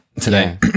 today